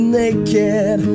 naked